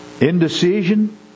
Indecision